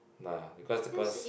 ah because cause